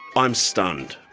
i'm stunned,